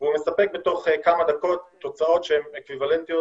הוא מספק תוך כמה דקות תוצאות שהן אקוויוולנטיות